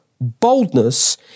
Boldness